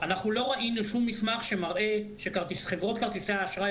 אנחנו לא ראינו שום מסמך שמראה שחברות כרטיסי האשראי